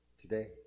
today